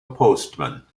postman